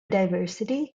diversity